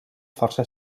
força